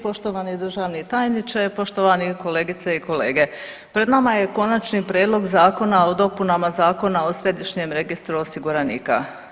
Poštovani državni tajniče, poštovani kolegice i kolege, pred nama je Konačni prijedlog Zakona o dopunama Zakona o središnjem registru osiguranika.